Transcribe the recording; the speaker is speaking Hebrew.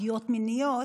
פגיעות מיניות,